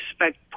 respect